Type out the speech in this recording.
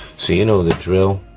so, you know the drill.